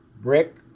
Brick